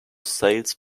sales